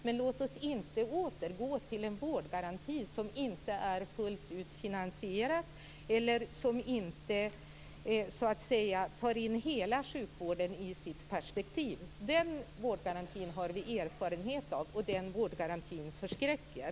Men låt oss inte återgå till en vårdgaranti som inte är fullt ut finansierad eller som inte tar in hela sjukvården i sitt perspektiv. Den vårdgarantin har vi erfarenhet av, och den vårdgarantin förskräcker.